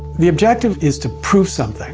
the objective is to prove something